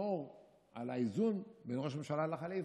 שישמור על האיזון בין ראש הממשלה לח'ליפה,